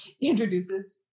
introduces